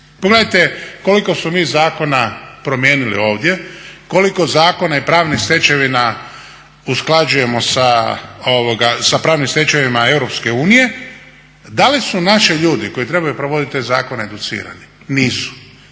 Pogledajte koliko smo mi zakona promijenili ovdje, koliko zakona i pravnih stečevina usklađujemo sa pravnim stečevinama EU. Da li su naši ljudi koji trebaju provoditi te zakone educirani? Nisu.